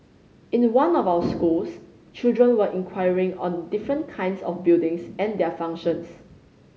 in the one of our schools children were inquiring on different kinds of buildings and their functions